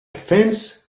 fence